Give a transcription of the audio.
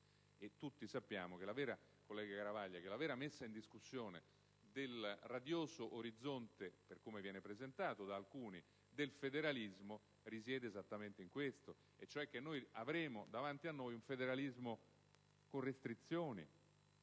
Garavaglia, che la vera messa in discussione del radioso orizzonte - come viene presentato da alcuni - del federalismo risiede esattamente in questo. Noi avremo cioè un federalismo con restrizioni,